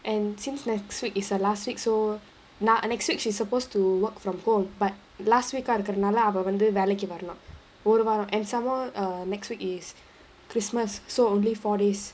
and since next week is her last week so na~ err next week she's supposed to work from home but last week ah இருக்குறனால அவ வந்து வேலைக்கு வரலாம் ஒரு வாரம்:irukkuranaala ava vandhu velaikku varalaam oru vaaram and some more err next week is christmas so only four days